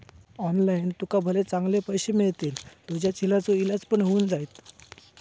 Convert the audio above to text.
online तुका भले चांगले पैशे मिळतील, तुझ्या झिलाचो इलाज पण होऊन जायत